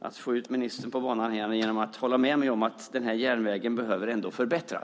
att få ut ministern på banan igen: Håll med mig om att denna järnväg ändå behöver förbättras!